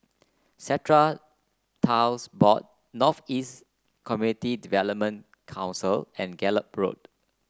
Strata Titles Board North East Community Development Council and Gallop Road